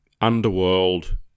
underworld